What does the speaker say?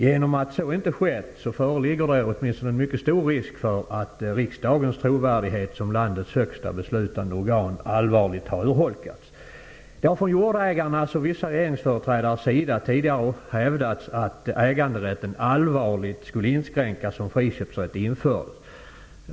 Genom att så inte skett föreligger det en mycket stor risk för att riksdagens trovärdighet som landets högsta beslutande organ allvarligt har urholkats. Det har från jordägarnas och vissa regeringsföreträdares sida tidigare hävdats att äganderätten allvarligt skulle inskränkas om friköpsrätt infördes.